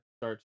start